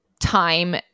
time